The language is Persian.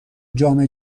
جام